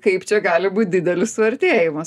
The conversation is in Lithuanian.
kaip čia gali būt didelis suartėjimas